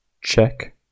check